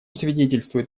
свидетельствует